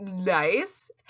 nice